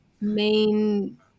main